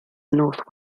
north